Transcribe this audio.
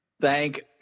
Thank